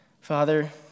Father